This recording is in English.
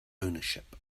ownership